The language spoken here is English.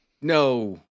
No